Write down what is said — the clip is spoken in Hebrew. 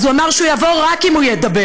אז הוא אמר שהוא יבוא רק אם הוא ידבר.